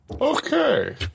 Okay